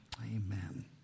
Amen